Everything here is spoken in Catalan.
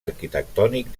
arquitectònic